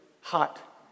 hot